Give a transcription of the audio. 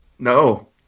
No